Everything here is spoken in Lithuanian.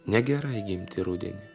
negerai gimti rudenį